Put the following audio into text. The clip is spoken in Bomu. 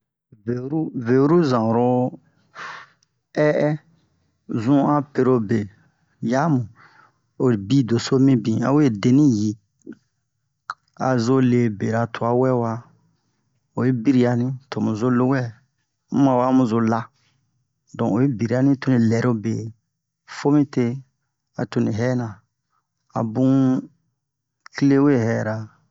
Veru veru zan oro ɛ'ɛ zu'an perobe yamu ho bi doso mibin a we deni yi a zo le bera twa wɛ wa oyi biri'a ni to mu zo lowɛ mu ma we a mu zo la don oyi biri'a ni to ni lɛro be fomite a to ni hɛna a bun kile we hɛra